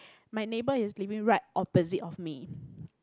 my neighbour is living right opposite of me